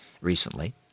recently